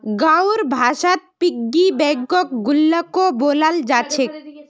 गाँउर भाषात पिग्गी बैंकक गुल्लको बोलाल जा छेक